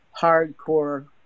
hardcore